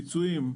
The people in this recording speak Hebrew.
פיצויים,